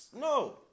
No